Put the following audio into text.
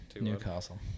Newcastle